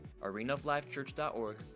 arenaoflifechurch.org